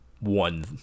one